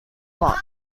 lock